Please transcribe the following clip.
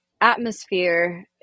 atmosphere